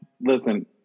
listen